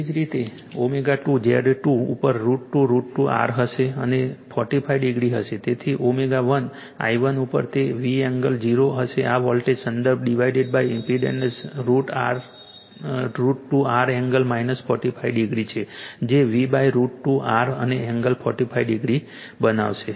તેવી જ રીતે ω2 Z2 ઉપર √ 2 √ 2 R હશે અને 45 ડિગ્રી હશે તેથી ω1 I1 ઉપર તે V એંગલ 0 હશે આ વોલ્ટેજ સંદર્ભ divided impedance √ 2 R angle 45 degree છે જે V√ 2 R અને એંગલ 45 ડિગ્રી બનશે